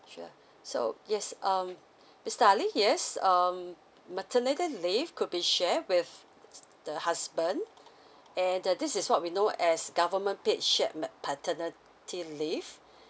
sure so yes um mister ali yes um maternity leave could be share with the husband and uh this is what we know as government paid shared ma~ paternity leave